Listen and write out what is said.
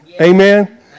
Amen